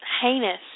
heinous